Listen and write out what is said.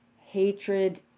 hatred